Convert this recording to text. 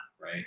right